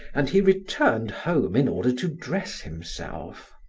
and he returned home in order to dress himself.